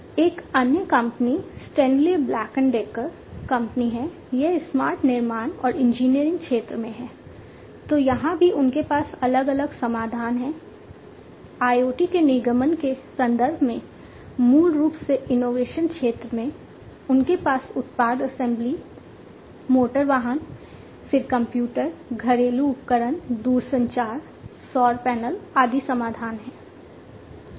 एक अन्य company Stanley Black and Decker motor वाहन फिर कंप्यूटर घरेलू उपकरण दूरसंचार सौर पैनल आदि समाधान हैं